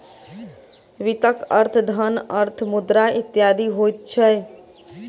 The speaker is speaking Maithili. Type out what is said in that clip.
वित्तक अर्थ धन, अर्थ, मुद्रा इत्यादि होइत छै